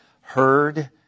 heard